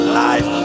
life